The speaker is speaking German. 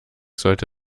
sollte